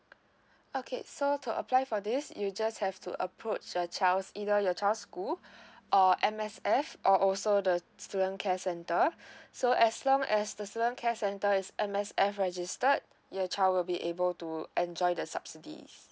okay so to apply for this you just have to approach your child's either your child's school or M_S_F or also the student care center so as long as the student care center is M_S_F registered your child will be able to enjoy the subsidies